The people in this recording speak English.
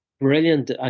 Brilliant